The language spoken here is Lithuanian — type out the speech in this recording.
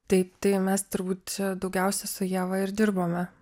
taip tai mes turbūt čia daugiausia su ieva ir dirbome